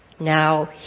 now